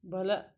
ಬಲ